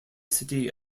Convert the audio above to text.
city